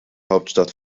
hauptstadt